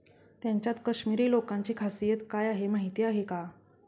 त्यांच्यात काश्मिरी लोकांची खासियत काय आहे माहीत आहे का?